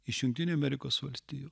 iš jungtinių amerikos valstijų